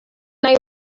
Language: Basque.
nahi